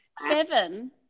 seven